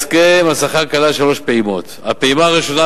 הסכם השכר כלל שלוש פעימות: הפעימה הראשונה,